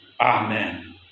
Amen